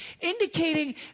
Indicating